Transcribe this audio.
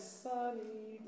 sunny